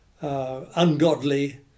ungodly